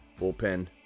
bullpen